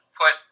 put